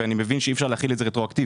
ואני מבין שאי אפשר להחיל את זה רטרואקטיבית.